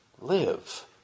live